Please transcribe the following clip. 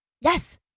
Yes